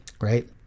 right